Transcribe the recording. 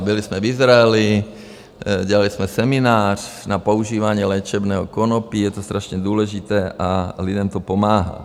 Byli jsme v Izraeli, dělali jsme seminář na používání léčebného konopí je to strašně důležité a lidem to pomáhá.